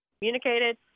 communicated